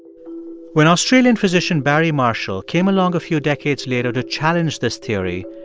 when australian physician barry marshall came along a few decades later to challenge this theory,